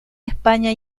españa